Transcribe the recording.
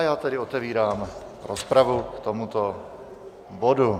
Já tedy otevírám rozpravu k tomuto bodu.